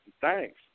Thanks